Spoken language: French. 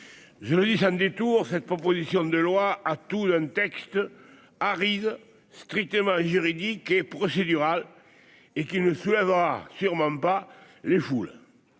je le dis ça ne dis tour cette proposition de loi à tout un texte arrive strictement juridique et procédurale et qui ne soulèvera sûrement pas les foules,